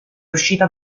uscita